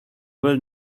will